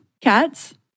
Cats